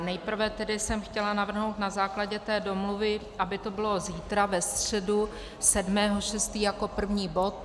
Nejprve jsem chtěla navrhnout na základě té domluvy, aby to bylo zítra, ve středu 7. 6. jako první bod.